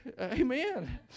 Amen